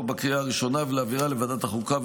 בקריאה הראשונה ולהעבירה לוועדת החוקה,